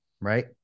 Right